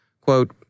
Quote